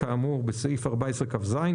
כאמור בסעיף 14 כז,